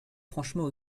franchement